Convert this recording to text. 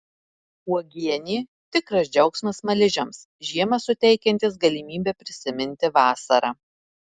uogienė tikras džiaugsmas smaližiams žiemą suteikiantis galimybę prisiminti vasarą